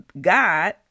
god